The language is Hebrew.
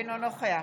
אינו נוכח